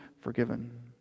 forgiven